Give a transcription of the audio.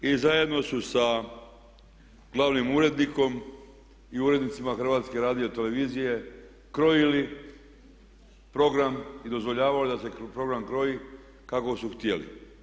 I zajedno su sa glavnim urednikom i urednicima HRT-a krojili program i dozvoljavali da se program kroji kako su htjeli.